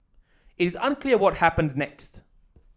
is unclear what happened next